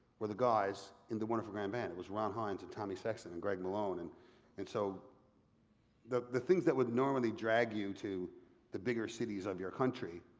were the guys in the wonderful grand band. it was ron hynes, and tommy sexton and greg malone. and and so the the things that would normally drag you to the bigger cities of your country,